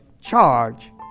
charge